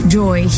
joy